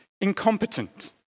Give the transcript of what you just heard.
incompetent